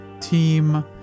team